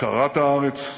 הכרת הארץ,